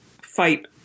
fight –